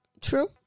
True